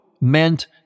meant